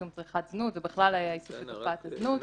צריכת זנות ובכלל העיסוק בתופעת הזנות.